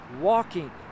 walking